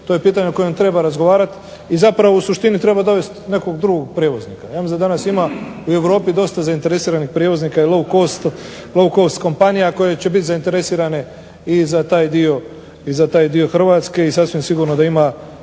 To je pitanje o kojem treba razgovarati i zapravo u suštini treba dovesti nekog drugog prijevoznika. Ja mislim da danas ima i dosta u Europi dosta zainteresiranih prijevoznika low cost kompanija koje će biti zainteresirane i za taj dio Hrvatske i sasvim sigurno da ima